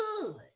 good